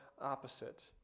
opposite